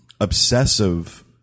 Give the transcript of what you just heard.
obsessive